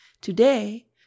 Today